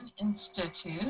Institute